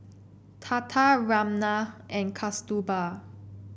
Tata Ramnath and Kasturba